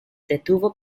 detuvo